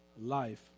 life